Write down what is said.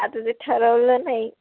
आता ते ठरवलं नाही